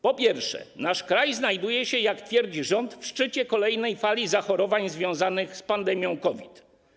Po pierwsze, nasz kraj znajduje się, jak twierdzi rząd, w szczycie kolejnej fali zachorowań związanych z pandemią COVID.